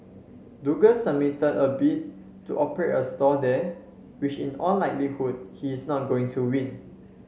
Douglas submitted a bid to operate a stall there which in all likelihood he is not going to win